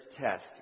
test